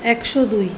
একশো দুই